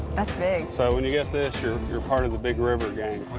that's big. so when you get this, you're you're part of the big river gang.